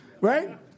Right